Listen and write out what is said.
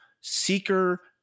seeker